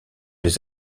les